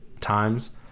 times